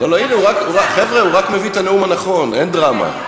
לא, חבר'ה, הוא רק מביא את הנאום הנכון, אין דרמה.